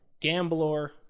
Gambler